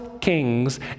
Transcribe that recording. kings